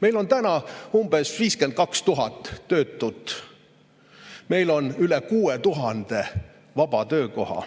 Meil on täna umbes 52 000 töötut. Meil on üle 6000 vaba töökoha.